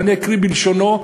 אני אקריא בלשונו,